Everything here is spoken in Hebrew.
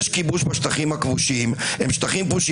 יש כיבוש בשטחים הכבושים, הם שטחים כבושים.